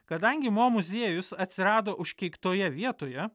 kadangi mo muziejus atsirado užkeiktoje vietoje